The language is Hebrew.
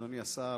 אדוני היושב-ראש,